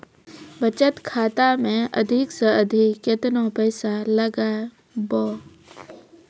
बचत खाता मे अधिक से अधिक केतना पैसा लगाय ब?